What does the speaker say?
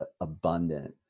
abundant